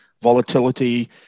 volatility